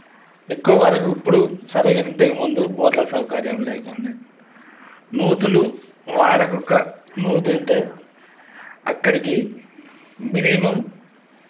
ఎక్కువ వరకు ఇప్పుడు సరే అంటే ఇంతక ముందు ఊర్లో సౌకార్యం లేకుండే మూతులు ఓ అక్కడ కుక్క నూతుంటే అక్కడికి మినిమమ్